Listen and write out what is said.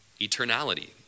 Eternality